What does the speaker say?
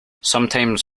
sometimes